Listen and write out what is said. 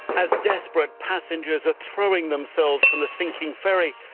as desperate passengers are throwing themselves from the sinking ferry,